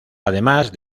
además